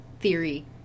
theory